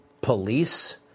police